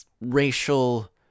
racial